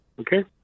Okay